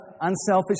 Unselfish